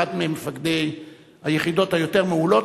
אחד ממפקדי היחידות היותר מעולות,